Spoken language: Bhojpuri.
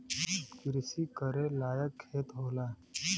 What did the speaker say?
किरसी करे लायक खेत होला